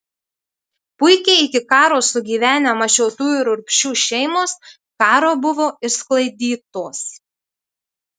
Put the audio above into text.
puikiai iki karo sugyvenę mašiotų ir urbšių šeimos karo buvo išsklaidytos